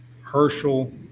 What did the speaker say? Herschel